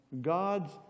Gods